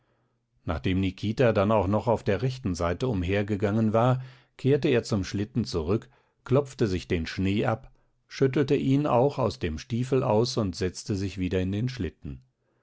nachdem nikita dann auch noch auf der rechten seite umhergegangen war kehrte er zum schlitten zurück klopfte sich den schnee ab schüttelte ihn auch aus dem stiefel aus und setzte sich wieder in den schlitten